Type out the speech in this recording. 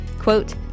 Quote